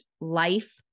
life